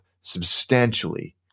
substantially